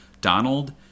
Donald